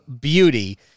beauty